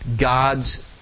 God's